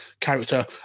character